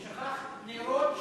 הוא שכח: נרות שמנת.